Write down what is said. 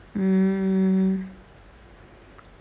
mm